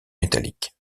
métalliques